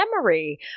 memory